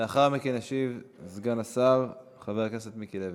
לאחר מכן ישיב סגן השר חבר הכנסת מיקי לוי.